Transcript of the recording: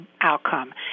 outcome